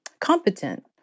Competent